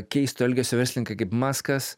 keisto elgesio verslininkai kaip maskas